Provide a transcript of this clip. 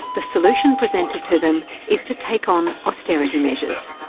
the solution presented to them is to take on austerity measures.